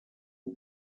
who